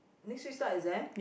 next week start exam